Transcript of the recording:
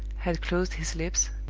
had closed his lips,